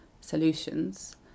solutions